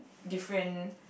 different